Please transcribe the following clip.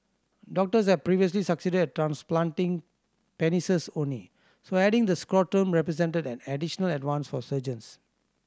doctors have previously succeeded at transplanting penises only so adding the scrotum represented an additional advance for surgeons